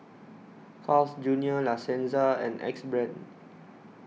Carl's Junior La Senza and Axe Brand